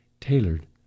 tailored